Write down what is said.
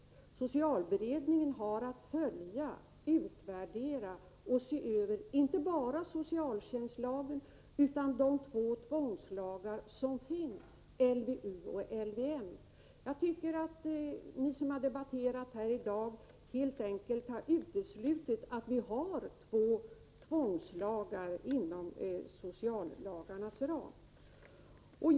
Och socialberedningen har att följa, utvärdera och se över inte bara socialtjänstlagen utan också de två tvångslagar som finns, LVU och LVM. Jag tycker att ni som yttrat er i debatten här i dag helt enkelt har uteslutit att vi har två tvångslagar inom sociallagstiftningens ram.